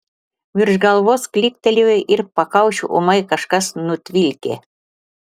virš galvos klyktelėjo ir pakaušį ūmai kažkas nutvilkė